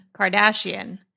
Kardashian